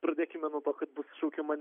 pradėkime nuo to kad bus šaukiama